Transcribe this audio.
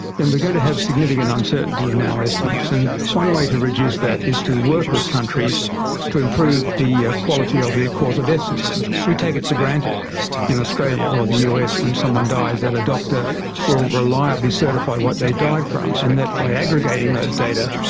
then we're going to have significant uncertainty in our estimates. and one way to reduce that is to work with countries to improve the quality of their cause of death systems. we take it for granted in australia or the us when someone dies that a doctor will reliably certify what they died from, and that by aggregating those data,